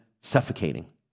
suffocating